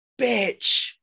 bitch